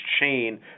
chain